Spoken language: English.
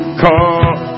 come